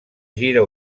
gira